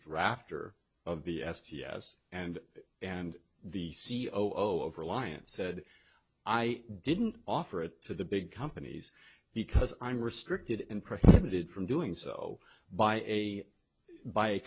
rafter of the s t s and and the c e o of reliance said i didn't offer it to the big companies because i'm restricted and prohibited from doing so by a by a